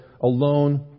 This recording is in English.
alone